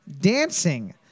Dancing